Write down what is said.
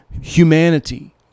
humanity